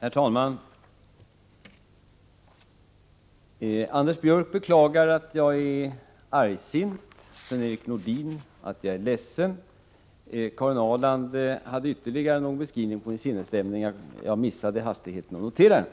Herr talman! Anders Björck beklagar att jag är argsint, Sven-Erik Nordin att jag är ledsen. Karin Ahrland hade ytterligare någon beskrivning av min sinnesstämning, men jag missade i hastigheten att notera